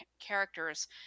characters